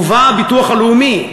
ובא הביטוח הלאומי,